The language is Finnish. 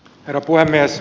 herra puhemies